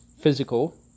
Physical